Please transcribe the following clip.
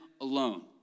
alone